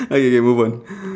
okay K move on